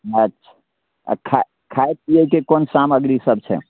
अच्छा आ खाय खाय पियैके कोन सामग्री सब छै